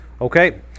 Okay